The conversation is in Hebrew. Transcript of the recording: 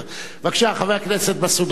בבקשה, חבר הכנסת מסעוד גנאים.